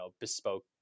bespoke